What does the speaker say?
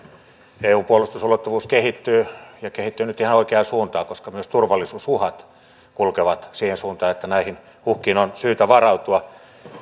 eun puolustusulottuvuus kehittyy ja kehittyy nyt ihan oikeaan suuntaan koska myös turvallisuusuhat kulkevat siihen suuntaan että näihin uhkiin on syytä varautua